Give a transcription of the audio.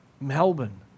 Melbourne